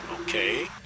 Okay